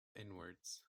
inwards